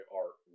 art